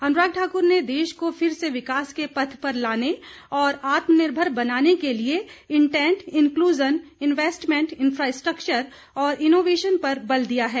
अनुराग ठाक्र ने देश को फिर से विकास के पथ पर लाने और आत्मनिर्भर बनाने के लिए इंटेंट इनक्लूजन इन्वेस्टमेंट इनफ़ास्ट्रक्चर और इनोवेशन पर बल दिया है